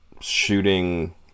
shooting